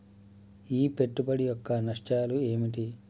ఈ పెట్టుబడి యొక్క నష్టాలు ఏమిటి?